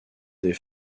des